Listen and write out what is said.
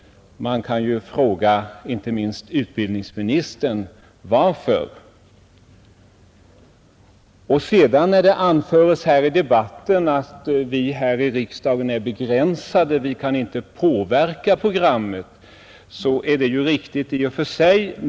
Man kan ju fråga inte minst utbildningsministern varför. Och när det sedan anföres i debatten att vi här i riksdagen är begränsade och att vi inte kan påverka programmet, så är det ju riktigt i och för sig.